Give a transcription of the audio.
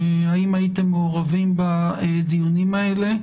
האם הייתם מעורבים בדיונים האלה?